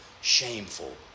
shameful